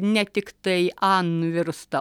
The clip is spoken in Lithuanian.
ne tiktai an virsta